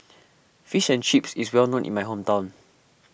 Fish and Chips is well known in my hometown